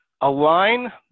align